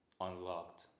unlocked